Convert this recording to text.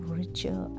richer